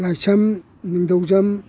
ꯂꯥꯏꯁ꯭ꯔꯝ ꯅꯤꯡꯊꯧꯖꯝ